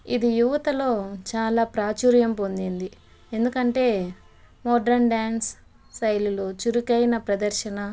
ఇది యువతలో చాలా ప్రాచుర్యం పొందింది ఎందుకంటే మోడ్రన్ డ్యాన్స్ శైలులు చురుకైన ప్రదర్శన